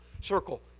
circle